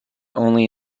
only